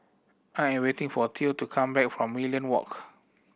I am waiting for Theo to come back from Merlion Walk